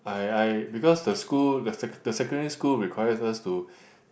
I I because the school the school the secondary school requires us to